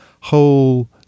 whole